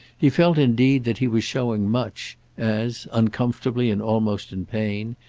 he felt indeed that he was showing much, as, uncomfortably and almost in pain,